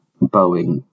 Boeing